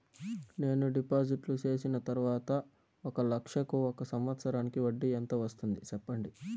నేను డిపాజిట్లు చేసిన తర్వాత ఒక లక్ష కు ఒక సంవత్సరానికి వడ్డీ ఎంత వస్తుంది? సెప్పండి?